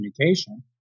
communication